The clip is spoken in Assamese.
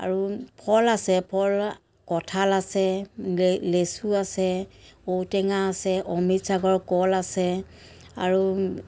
আৰু ফল আছে ফল কঁঠাল আছে লেচু আছে ঔটেঙা আছে অমৃত চাগৰৰ কল আছে আৰু